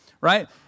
right